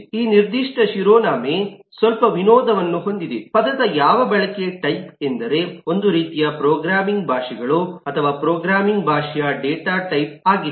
ಈ ನಿರ್ದಿಷ್ಟ ಶಿರೋನಾಮೆ ಸ್ವಲ್ಪ ವಿನೋದವನ್ನು ಹೊಂದಿದೆಪದದ ಯಾವ ಬಳಕೆ ಟೈಪ್ ಎಂದರೆ ಒಂದು ರೀತಿಯ ಪ್ರೋಗ್ರಾಮಿಂಗ್ ಭಾಷೆಗಳು ಅಥವಾ ಪ್ರೋಗ್ರಾಮಿಂಗ್ ಭಾಷೆಯ ಡೇಟಾ ಟೈಪ್ ಆಗಿದೆ